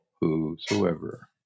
whosoever